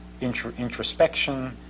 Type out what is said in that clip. introspection